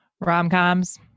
Rom-coms